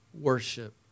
worship